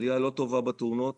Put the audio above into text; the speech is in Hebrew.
לא טובה בתאונות